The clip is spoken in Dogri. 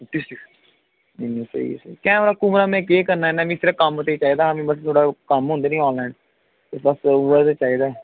ठीक ऐ ठीक ऐ कैमरा कूमरा मैं केह् करना इ'यां मीं सिर्फ कम्म ताईं चाहिदा बस थोह्ड़ा ओह् कम्म होंदे नी अनलाइन ते बस ओह्दे आस्तै चाहिदा ऐ